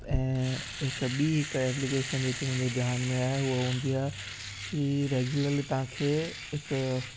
ऐं हिकु ॿीं हिकु एप्लीकेशन जेकी मुंहिंजे ध्यान में आहे उहो हूंदी आहे की रेग्यूलर्ली तव्हांखे हिकु